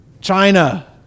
China